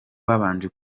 babanje